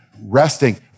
resting